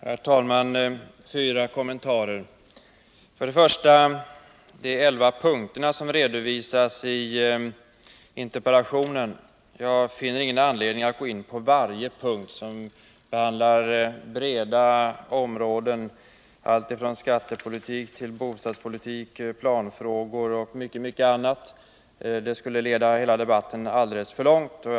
Herr talman! Jag skall göra fyra kommentarer. Jag finner för det första ingen anledning att gå in på alla de elva punkterna i interpellationen. De behandlar breda områden, allt ifrån skattepolitik, bostadspolitik till planfrågor och mycket annat. Det skulle leda alldeles för långt att kommentera alla dessa punkter.